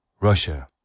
Russia